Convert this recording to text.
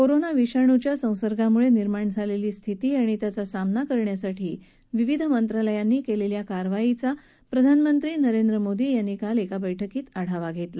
corona विषाणूचा संसर्गामुळे निर्माण झालेली स्थिती आणि त्याचा सामना करण्यासाठी विविध मंत्रालयानी केलेल्या कार्यवाहीचा प्रधानमंत्री नरेंद्र मोदी यांनी काल एका बैठकीत आढावा घेतला